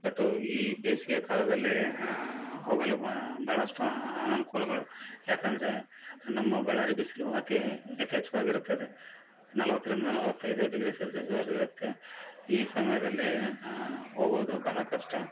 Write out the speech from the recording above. but ಈ ಬೇಸಿಗೆ ಕಾಲದಲ್ಲಿ ಹೋಗಲು ಭಾಳಷ್ಟು ಅನಾನುಕೂಲಗಳು ಯಾಕೆಂದ್ರೆ ನಮ್ಮ ಬಳ್ಳಾರಿ ಬಿಸಿಲು ಅತೀ ಯಥೇಚ್ಛವಾಗಿ ಇರುತ್ತದೆ ನಲ್ವತ್ತರಿಂದ ನಲ್ವತೈದು ಡಿಗ್ರಿ ಸೆಲ್ಸಿಯಸ್ವರೆಗೂ ಇರುತ್ತೆ ಈ ಸಮಯದಲ್ಲಿ ಹೋಗೋದು ಭಾಳ ಕಷ್ಟ